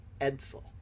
Edsel